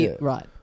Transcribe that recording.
Right